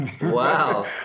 Wow